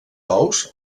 ous